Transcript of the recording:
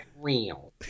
real